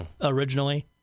originally